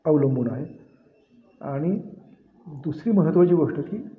अवलंबून आहे आणि दुसरी महत्त्वाची गोष्ट की